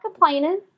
complaining